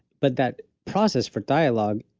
but that process for dialogue,